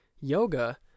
yoga